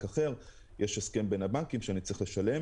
אחר יש הסכם בין הבנקים שאני צריך לשלם